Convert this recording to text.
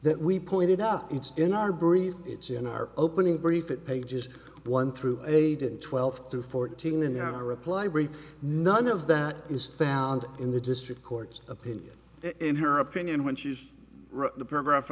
that we pointed up it's in our brief it's in our opening brief it pages one through eight in twelve to fourteen in their reply brief none of that is found in the district court's opinion in her opinion when she wrote the paragraph